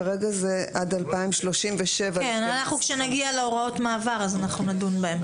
כרגע זה עד 2037. כשנגיע להוראות המעבר, נדון בהן.